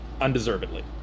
Undeservedly